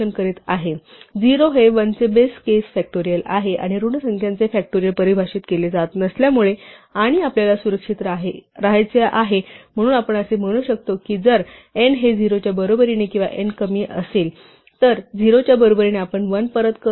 0 हे 1 चे base case factorial आहे आणि ऋण संख्यांचे फॅक्टोरियल परिभाषित केले जात नसल्यामुळे आणि आपल्याला सुरक्षित राहायचे आहे म्हणून आपण असे म्हणू शकतो की जर n हे 0 च्या बरोबरीने किंवा n कमी असेल तर 0 च्या बरोबरीने आपण 1 परत करू